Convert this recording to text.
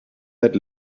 that